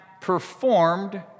performed